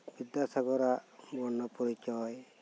ᱵᱤᱫᱟ ᱥᱟᱜᱚᱨᱟᱜ ᱵᱚᱨᱱᱚ ᱯᱚᱨᱤᱪᱚᱭ